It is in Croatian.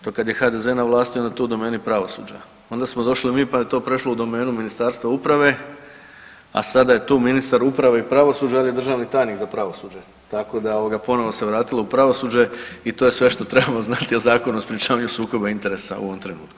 To kad je HDZ na vlasti, onda je to u domeni pravosuđa, onda smo došli mi, pa je to prešlo u domenu Ministarstva uprave, a sada je tu ministar uprave i pravosuđa, ali i državni tajnik za pravosuđe, tako da ponovno se vratilo u pravosuđe i to je sve što trebamo znati o Zakonu o sprječavanju sukoba interesa u ovom trenutku.